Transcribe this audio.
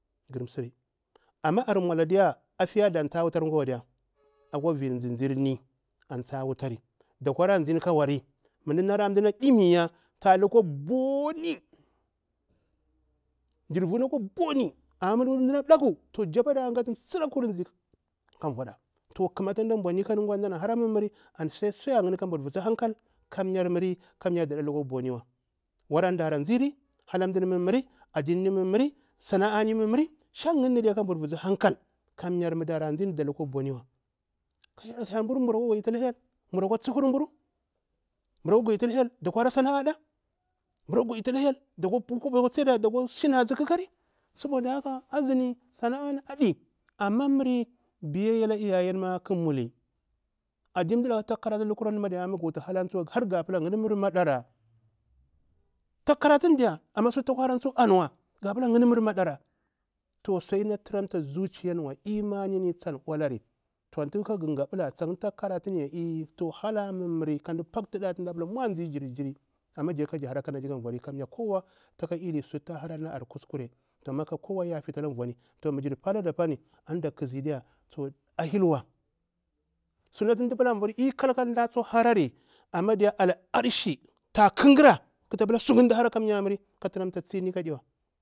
ama ar maula diya afiya da diya antu tsa wufari akwa vir zinzirni antu tha wufari dakwa ra zini ka wari mu mda nala mdana dimiya ta lukwa boni jirvuni akwa boni amma mu mdana ɗaku japauda ga siri akwa zii ka vuada, to ƙumata mda ɓau nika ni gwa mdana hara mummuri suyar yinni kayar vusu hankal kamyar muri kabur visu hankal mda ade lukwa boniwa antu darzi mda hara mummuri, sana'ani mummuri, addinirni mummuri, shang yinni kabur visu hankal kamya mu dara mzi daɗe ta lukwa boni, ka arburu mbura kwa tsuhur mbuni mburu akwa godita aka hyel mburu kwa hara sana'a ɗa mbura goƙita la hyel dakwa kwaba akwa tsida da ƙakari azi sana'a ni aɗi muri biyayya ala iyaye ƙa hara karanci amma ɗulaka taka addini amma sutu takwa narari har a naluga mamaki tak karatun diya amma sutu ta kwa hara diya yinni mura maɗara to sudi na turamma zuciyani wa diya, to antu kara gaɗula hala mummuri da mdu paktuɗa kada zinzi amma diya ka jir hara kanaɗi ka vujir diya kamya kada hara kanadi ka kowa yafetu ana vuni halada apani sutu ta hara a kuskure ka kowa yafetu ala vuni halada apani mu da ɗazi sutu mda pila kal- kal ta tsuktu harari amma diya al- arshi ta ƙangira kata pila suyinni mda hara kamya miri.